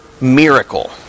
miracle